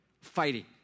fighting